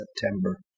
September